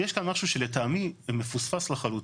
יש כאן משהו שלטעמי מפוספס לחלוטין.